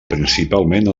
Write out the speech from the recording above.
principalment